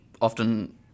often